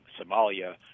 Somalia